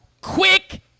Quick